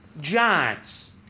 Giants